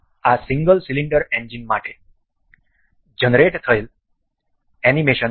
આ single cylinder engine માટે generate થયેલ એનિમેશન છે